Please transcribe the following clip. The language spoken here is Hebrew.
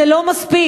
זה לא מספיק.